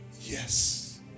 yes